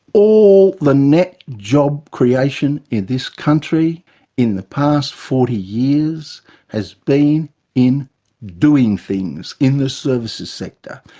all the net job creation in this country in the past forty years has been in doing things, in the services sector.